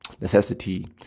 necessity